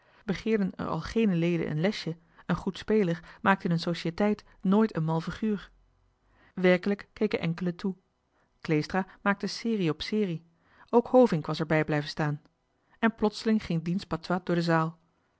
er al geene leden een lesje een goed speler maakt in een societeit nooit een mal figuur werkelijk keken enkelen toe kleestra maakte serie op serie ook hovink was erbij blijven staan en plotseling ging diens patois door de zaal